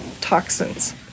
toxins